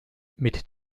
mit